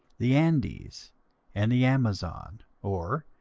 the andes and the amazon or,